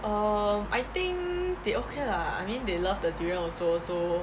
err I think they okay lah I mean they love the durian also so